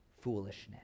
foolishness